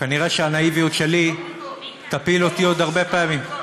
כנראה הנאיביות שלי עוד תפיל אותי הרבה פעמים.